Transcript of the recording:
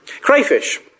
Crayfish